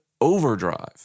overdrive